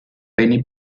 penny